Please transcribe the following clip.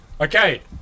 Okay